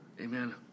amen